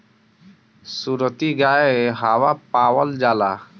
सुरती गाय कहवा पावल जाला?